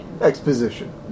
exposition